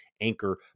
Anchor